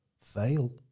Fail